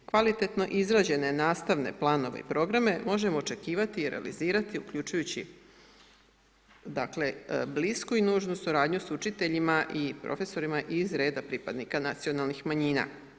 Kvalitetno izrađene nastavne planove i programe možemo očekivati i realizirati uključujući dakle blisku i nužnu suradnju sa učiteljima i profesorima iz reda pripadnika nacionalnih manjina.